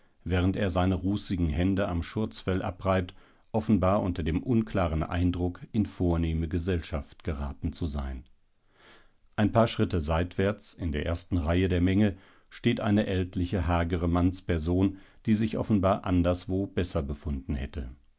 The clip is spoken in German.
während er seine rußigen hände am schurzfell abreibt offenbar unter dem unklaren eindruck in vornehme gesellschaft geraten zu sein ein paar schritte seitwärts in der ersten reihe der menge steht eine ältliche hagere mannsperson die sich offenbar anderswo besser befunden hätte